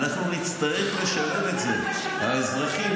ואנחנו נצטרך לשלם את זה ----- השנה ----- האזרחים,